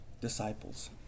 disciples